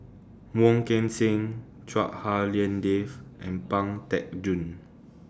Wong Kan Seng Chua Hak Lien Dave and Pang Teck Joon